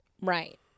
right